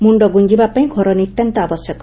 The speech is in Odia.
ମୁଣ୍ଡ ଗୁଞ୍ଚିବା ପାଇଁ ଘର ନିତାନ୍ତ ଆବଶ୍ୟକ